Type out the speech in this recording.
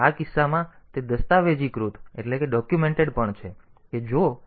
તેથી આ કિસ્સામાં તે દસ્તાવેજીકૃત પણ છે કે જો 0 ની બરાબર હોય તો લૂપ પર જાઓ